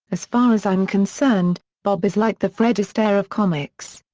as far as i'm concerned, bob is like the fred astaire of comics.